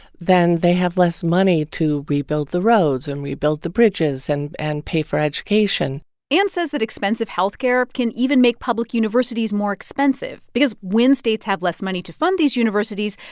then they have less money to rebuild the roads and rebuild the bridges and and pay for education anne says that expensive health care can even make public universities more expensive because when states have less money to fund these universities,